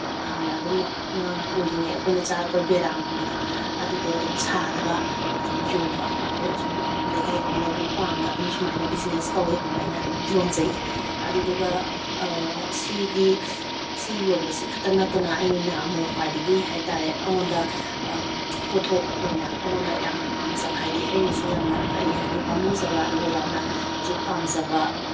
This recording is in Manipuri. ꯍꯥꯟꯅ ꯑꯗꯨꯝ ꯑꯉꯥꯡ ꯑꯣꯏꯔꯤꯉꯩ ꯑꯩꯈꯣꯏꯅ ꯆꯥꯔꯛꯄ ꯕꯦꯔꯥꯝꯒꯨꯝꯕꯗꯣ ꯑꯗꯨꯗꯣ ꯑꯗꯨꯝ ꯁꯥꯔꯒ ꯑꯗꯨꯝ ꯌꯣꯟꯕ ꯑꯗꯣ ꯑꯁꯨꯝ ꯂꯩꯀꯥꯏꯒꯤ ꯃꯤꯅ ꯑꯗꯨꯝ ꯄꯥꯝꯅ ꯑꯗꯨꯝ ꯁꯨꯃꯥꯏꯅ ꯕꯤꯖꯤꯅꯦꯁ ꯇꯧꯋꯦꯕꯀꯣ ꯑꯩꯅ ꯌꯣꯜꯖꯩꯌꯦ ꯑꯗꯨꯗꯨꯒ ꯁꯤꯗꯤ ꯁꯤ ꯌꯣꯟꯕꯁꯤꯈꯛꯇ ꯅꯠꯇꯅ ꯑꯩꯅ ꯑꯃꯨꯛ ꯈ꯭ꯋꯥꯏꯗꯒꯤ ꯍꯥꯏ ꯇꯥꯔꯦ ꯑꯩꯉꯣꯟꯗ ꯄꯣꯊꯣꯛ ꯑꯣꯏꯅ ꯑꯩꯉꯣꯟꯗ ꯌꯥꯝꯅ ꯄꯥꯝꯖꯕ ꯍꯥꯏꯗꯤ ꯑꯩꯅꯁꯨ ꯌꯥꯝꯅ ꯀꯔꯤ ꯍꯥꯏꯅꯤ ꯄꯥꯝꯃꯨꯖꯕ ꯑꯗꯨꯒ ꯌꯥꯝꯅꯁꯨ ꯄꯥꯝꯖꯕ